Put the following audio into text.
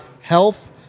health